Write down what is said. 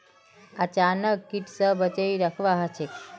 चनाक कीट स बचई रखवा ह छेक